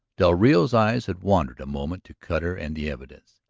del rio's eyes had wandered a moment to cutter and the evidence.